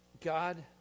God